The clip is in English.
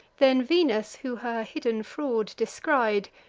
then venus, who her hidden fraud descried,